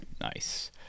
Nice